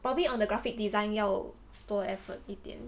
probably on the graphic design 要多 effort 一点